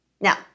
Now